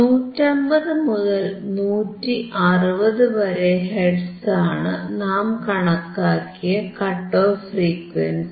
150 മുതൽ 160 വരെ ഹെർട്സ് ആണ് നാം കണക്കാക്കിയ കട്ട് ഓഫ് ഫ്രീക്വൻസി